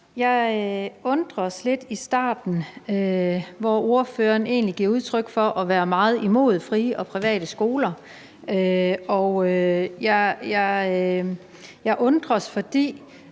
Jeg undrede mig lidt over starten, hvor ordføreren egentlig giver udtryk for at være meget imod frie og private skoler. Jeg undres, for